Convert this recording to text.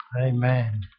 Amen